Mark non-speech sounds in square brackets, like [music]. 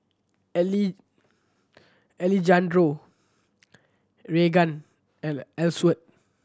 [unintelligible] Alejandro Raegan and Elsworth